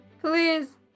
Please